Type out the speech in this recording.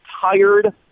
tired